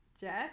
Jess